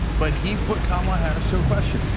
but he put kamala harris to a question.